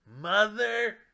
mother